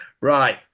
Right